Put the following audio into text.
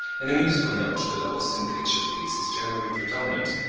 in a musical note the lowest in pitch of these is generally predominant,